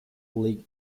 league